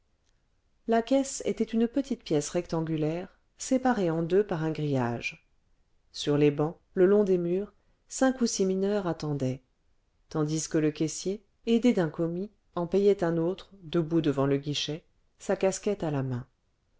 la caisse était une petite pièce rectangulaire séparée en deux par un grillage sur les bancs le long des murs cinq ou six mineurs attendaient tandis que le caissier aidé d'un commis en payait un autre debout devant le guichet sa casquette à la main